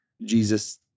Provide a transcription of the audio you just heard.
Jesus